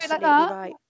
right